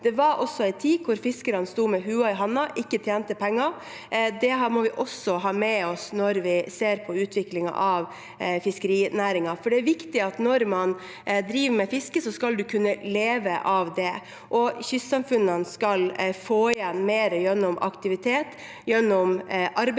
Det var en tid da fiskerne sto med lua i hånden og ikke tjente penger, og dette må vi også ha med oss når vi ser på utviklingen av fiskerinæringen. For det er viktig at når man driver med fiske, skal man kunne leve av det, og at kystsamfunnene skal få igjen mer gjennom aktivitet, gjennom arbeidsplasser,